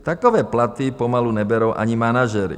Takové platy pomalu neberou ani manažeři.